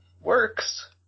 works